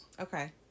Okay